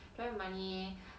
don't have money